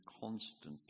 constantly